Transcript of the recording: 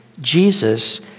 Jesus